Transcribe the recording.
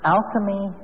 Alchemy